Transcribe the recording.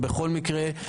בכל מקרה,